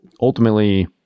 ultimately